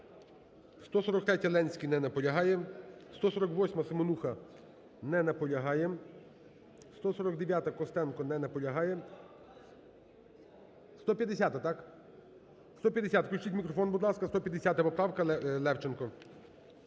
143, Ленський. Не наполягає. 148-а, Семенуха. Не наполягає. 149-а, Костенко. Не наполягає. 150-а, так? 150-а. Включіть мікрофон, будь ласка, 150 поправка, Левченко.